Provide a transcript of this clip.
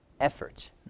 effort